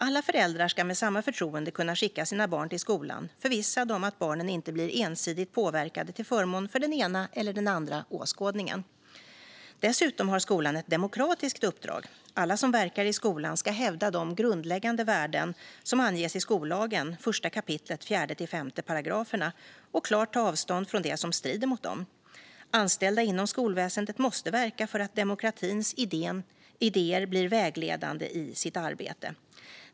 Alla föräldrar ska med samma förtroende kunna skicka sina barn till skolan, förvissade om att barnen inte blir ensidigt påverkade till förmån för den ena eller andra åskådningen. Dessutom har skolan ett demokratiskt uppdrag. Alla som verkar i skolan ska hävda de grundläggande värden som anges i 1 kap. 4-5 § skollagen och klart ta avstånd från det som strider mot dem. Anställda inom skolväsendet måste verka för att demokratins idéer blir vägledande i deras arbete.